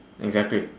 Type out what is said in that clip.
exactly